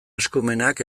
eskumenak